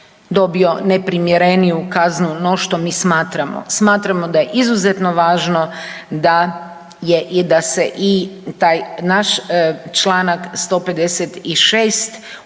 dobio neprimjereniju kaznu no što mi smatramo. Smatramo da je izuzetno važno da je i da se i u taj naš čl. 156 uskladi